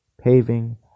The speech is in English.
paving